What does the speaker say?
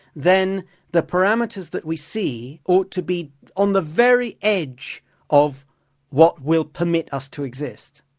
then the parameters that we see ought to be on the very edge of what will permit us to exist.